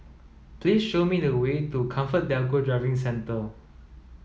please show me the way to ComfortDelGro Driving Centre